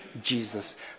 Jesus